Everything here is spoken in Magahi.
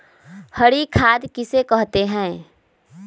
हरी खाद किसे कहते हैं?